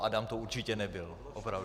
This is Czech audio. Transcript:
Adam to určitě nebyl, opravdu.